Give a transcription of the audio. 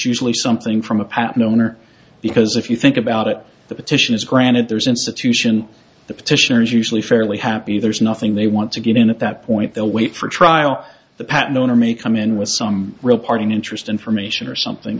usually something from a patent owner because if you think about it the petition is granted there's institution the petitioners usually fairly happy there's nothing they want to get in at that point they'll wait for trial the patent owner may come in with some real parting interest information or something